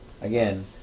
again